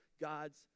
God's